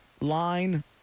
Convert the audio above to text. line